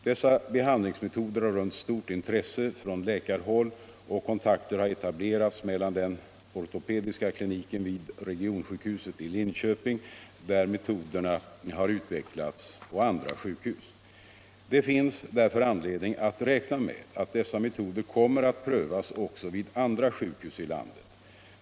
Dessa behandlingsmetoder har rönt stort intresse från läkarhåll, och kontakter har etablerats mellan den ortopediska kliniken vid regionsjukhuset i Linköping, där metoderna har utvecklats, och andra sjukhus. Det finns därför anledning att räkna med att dessa metoder kommer att prövas också vid andra sjukhus i landet.